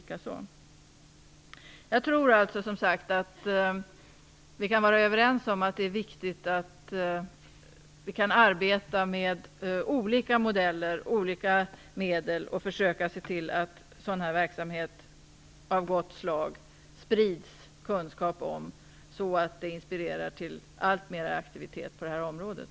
Jag tror som sagt vi kan vara överens om att det är viktigt att arbeta med olika modeller och medel och försöka se till att det sprids kunskap om sådan här verksamhet av gott slag så att det inspirerar till mer aktivitet på området.